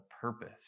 purpose